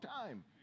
time